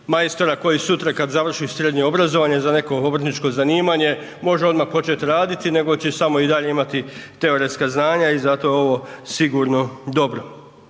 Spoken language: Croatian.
majstora koji sutra kada završi srednje obrazovanje za neko obrtničko zanimanje može odmah početi raditi nego će samo i dalje imati teoretska znanja i zato je ovo sigurno dobro.